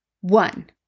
One